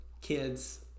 kids